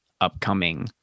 upcoming